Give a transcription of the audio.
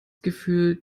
gefühl